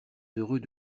heureux